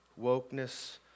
wokeness